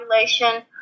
population